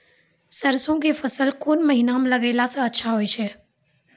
सरसों के फसल कोन महिना म लगैला सऽ अच्छा होय छै?